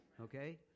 okay